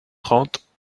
trente